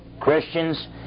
Christians